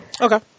Okay